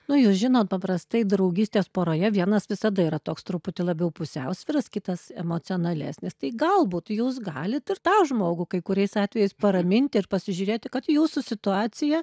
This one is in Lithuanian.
nu jūs žinot paprastai draugystės poroje vienas visada yra toks truputį labiau pusiausviras kitas emocionalesnis tai galbūt jūs galit ir tą žmogų kai kuriais atvejais paraminti ir pasižiūrėti kad jūsų situacija